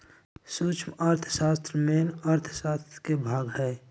सूक्ष्म अर्थशास्त्र मेन अर्थशास्त्र के भाग हई